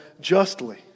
justly